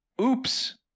Oops